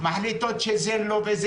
מחליטות שזה כן וזה לא.